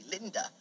Linda